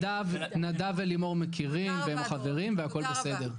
נדב ולימור מכירים והם חברים והכול בסדר.